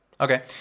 Okay